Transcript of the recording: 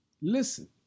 Listen